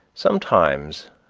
sometimes,